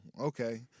Okay